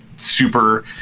super